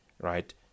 right